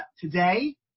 today